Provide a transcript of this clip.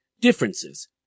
differences